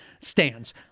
stands